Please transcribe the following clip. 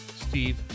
Steve